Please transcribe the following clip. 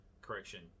correction